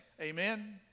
Amen